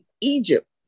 Egypt